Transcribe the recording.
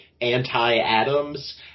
anti-atoms